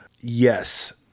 Yes